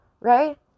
right